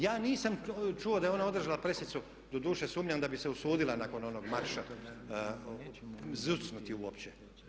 Ja nisam čuo da je ona održala presicu, doduše sumnjam da bi se usudila nakon onog marša zucnuti uopće.